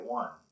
one